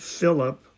Philip